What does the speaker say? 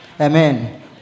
Amen